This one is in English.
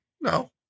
No